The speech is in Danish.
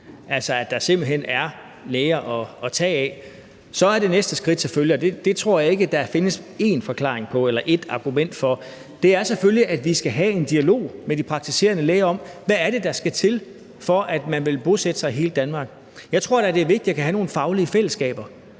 altså at der simpelt hen er læger at tage af. Så er det næste skridt selvfølgelig, og det tror jeg ikke der kun findes én forklaring på eller ét argument for, at vi skal have en dialog med de praktiserende læger om, hvad det er, der skal til, for at man vil bosætte sig i hele Danmark. Jeg tror da, det er vigtigt at kunne have nogle faglige fællesskaber,